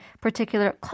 particular